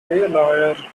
lawyer